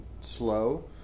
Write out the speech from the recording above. slow